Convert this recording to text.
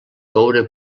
coure